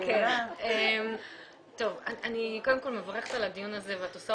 אני קודם כל מברכת על הדיון הזה ואת עושה